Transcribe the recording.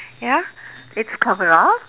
ya it's cover up